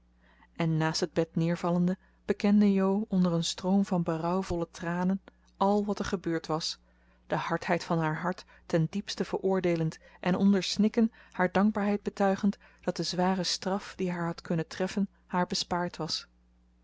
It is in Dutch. en naast het bed neervallende bekende jo onder een stroom van berouwvolle tranen al wat er gebeurd was de hardheid van haar hart ten diepste veroordeelend en onder snikken haar dankbaarheid betuigend dat de zware straf die haar had kunnen treffen haar bespaard was